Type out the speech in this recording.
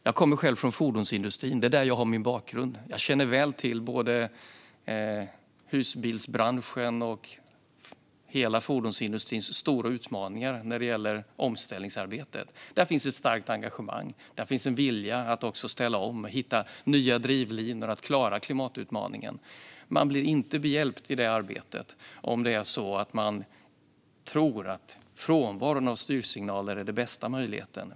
Jag har min bakgrund i fordonsindustrin och känner väl till både husbilsbranschens och övriga fordonsindustrins stora utmaningar vad gäller omställningsarbetet. Här finns ett starkt engagemang och en vilja att ställa om, hitta nya drivlinor och klara klimatutmaningen. Man blir inte behjälpt i detta arbete av tron att frånvaron av styrsignaler är den bästa möjligheten.